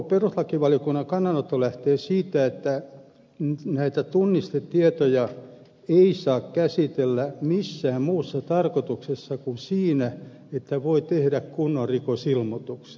perustuslakivaliokunnan kannanotto lähtee siitä että näitä tunnistetietoja ei saa käsitellä missään muussa tarkoituksessa kuin siinä että voi tehdä kunnon rikosilmoituksen